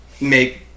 Make